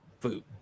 food